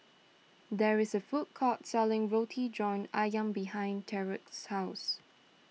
there is a food court selling Roti John Ayam behind Tyrek's house